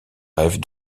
rêves